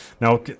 Now